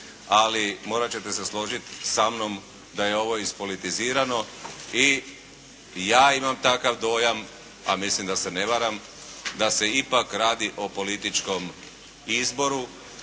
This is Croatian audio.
ali morati ćete se složiti sa mnom da je ovo ispolitizirano i ja imam takav dojam, a mislim da se ne varam, da se ipak radi o političkom izboru